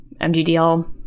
MGDL